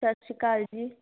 ਸਤਿ ਸ਼੍ਰੀ ਅਕਾਲ ਜੀ